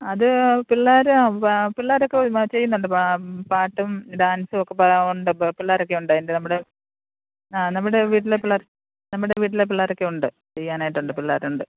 അത് പിള്ളേർ പിള്ളേരൊക്കെ ചെയ്യുന്നുണ്ട് പാട്ടും ഡാൻസും ഒക്കെ ഒണ്ട് പിള്ളാരൊക്കെ ഉണ്ട് അതിന്റെ നമ്മുടെ ആ നമ്മുടെ വീട്ടിലെ പിള്ളർ നമ്മുടെ വീട്ടിലെ പിള്ളേരൊക്കെ ഉണ്ട് ചെയ്യാനായിട്ട് ഉണ്ട് പിള്ളേരുണ്ട്